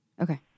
Okay